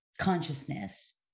consciousness